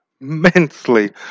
immensely